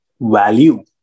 value